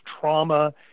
trauma